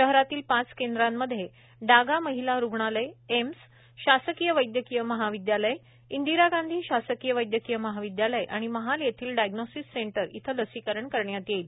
शहरातील पाच केंद्रांमध्ये डागा माहिला रुग्णालय एम्स शासकीय वैदयकीय महाविदयालय इंदिरा गांधी शासकीय वैदयकीय महाविदयालय आणि महाल येथील डायग्नोसिस सेंटर येथे लसीकरण करण्यात येईल